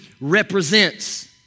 represents